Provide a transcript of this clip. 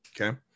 okay